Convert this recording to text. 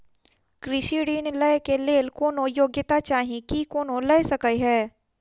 कृषि ऋण लय केँ लेल कोनों योग्यता चाहि की कोनो लय सकै है?